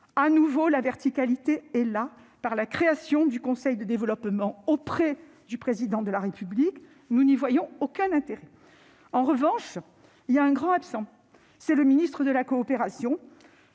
De nouveau, la verticalité s'exprime, par la création du conseil du développement auprès du Président de la République. Nous n'en voyons pas l'intérêt. En revanche, il y a un grand absent : c'est le ministre de la coopération.